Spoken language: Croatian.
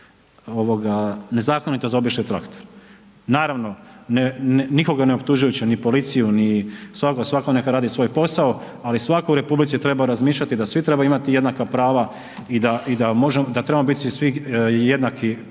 nezakonito zaobišli traktor. Naravno, nikoga ne optužujući ni policiju ni, svatko neka radi svoj posao, ali svatko u republici treba razmišljati da svi trebaju imati jednaka prava i da i da možemo, da